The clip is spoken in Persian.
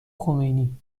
خمینی